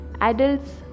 Adults